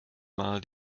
mal